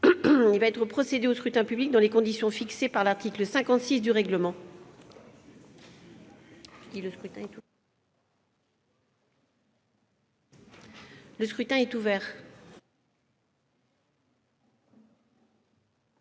Il va être procédé au scrutin dans les conditions fixées par l'article 56 du règlement. Le scrutin est ouvert.